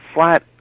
flat